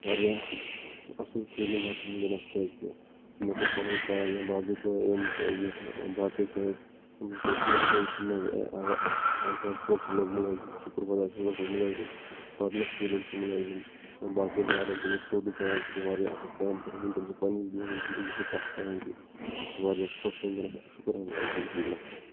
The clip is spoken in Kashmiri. واریاہ اَصٕل فیٖلِنٛگ حظ چھِ وُنکؠس مےٚ کوٚر پَنُن کار یِم باقٕے بٲے یِم زیٚٹھ چھِ اَسہِ بٔڑۍ گٔے تِمو منٛز اَکہِ حظ پوٚر تہٕ سُہ لوٚگ مُلٲزِم شُکُر خۄدایَس کُن سُہ لوٚگ مُلٲزِم پَرنَس سۭتۍ لوٚگ سُہ اَسہِ مُلٲزِم باقٕے بارٕنۍ تِمُو تُروو دُکان سُہ چِھ واریاہ اَصٕل کٲم کران پَنِس زِنٛدگِی مُتعلِق کَتھ کران بہٕ چھُس واریاہ خۄش شُکُر حظ اَلحمدُالِلہ